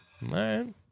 Man